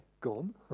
gone